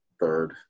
third